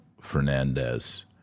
Fernandez